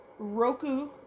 Roku